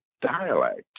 dialect